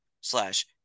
slash